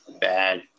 bad